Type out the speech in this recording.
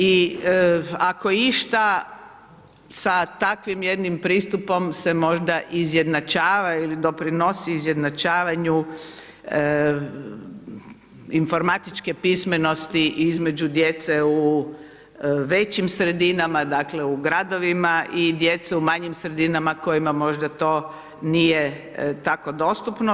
I ako išta sa takvim jednim pristupom se možda izjednačava ili doprinosi izjednačavanju informatičke pismenosti između djece u većim sredinama, dakle u gradovima i djeca u manjim sredinama kojima možda to nije tako dostupno.